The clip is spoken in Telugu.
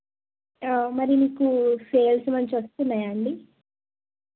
మరి మీకు సేల్స్ మంచిగా వస్తున్నాయా అండి